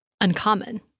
uncommon